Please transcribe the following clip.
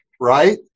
right